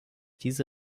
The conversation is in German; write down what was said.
diese